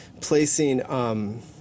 placing